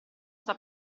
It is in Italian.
sta